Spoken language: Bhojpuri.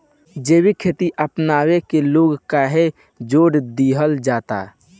जैविक खेती अपनावे के लोग काहे जोड़ दिहल जाता?